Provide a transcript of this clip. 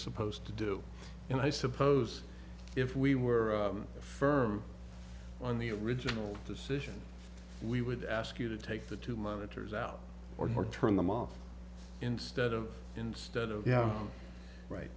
supposed to do and i suppose if we were firm on the original decision we would ask you to take the two monitors out or turn them off instead of instead of yeah right